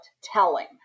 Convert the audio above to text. telling